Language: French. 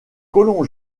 colons